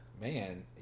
Man